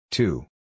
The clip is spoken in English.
Two